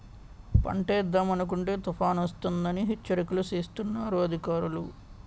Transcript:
పంటేద్దామనుకుంటే తుపానొస్తదని హెచ్చరికలు సేస్తన్నారు అధికారులు